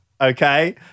Okay